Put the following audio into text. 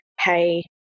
hey